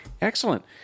Excellent